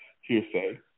hearsay